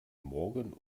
morgen